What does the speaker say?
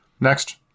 Next